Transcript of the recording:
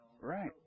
Right